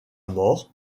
mort